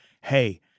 hey